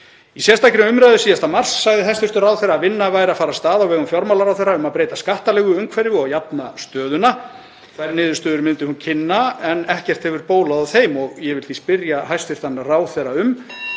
Í sérstakri umræðu í mars sagði hæstv. ráðherra að vinna væri að fara af stað á vegum fjármálaráðherra um að breyta skattalegu umhverfi og jafna stöðuna. Þær niðurstöður myndi hún kynna, en ekkert hefur bólað á þeim. Ég vil því spyrja hæstv. ráðherra